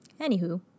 anywho